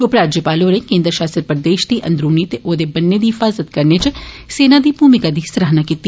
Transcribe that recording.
उप राज्यपाल होरें केन्द्र शासित प्रदेश दी अंदरूनी ते औदे बन्नै दी हिफाजत करने इच सेना दी भूमिका दी सराहना कीती